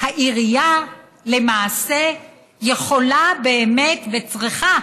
העירייה למעשה באמת יכולה וצריכה